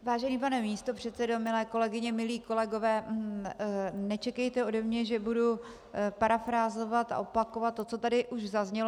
Vážený pane místopředsedo, milé kolegyně, milí kolegové, nečekejte ode mě, že budu parafrázovat a opakovat to, co tady už zaznělo.